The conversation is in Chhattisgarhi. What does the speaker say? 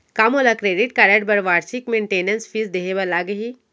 का मोला क्रेडिट कारड बर वार्षिक मेंटेनेंस फीस देहे बर लागही?